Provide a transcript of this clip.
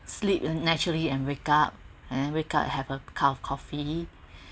sleep in naturally and wake up and wake up have a cup of coffee